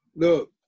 Look